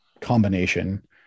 combination